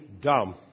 dumb